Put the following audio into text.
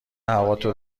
هواتو